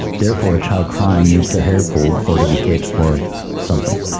therefore a child crying needs their hair pulled or to be hit or something.